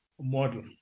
model